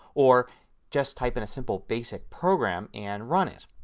or just type in a simple basic program and run it.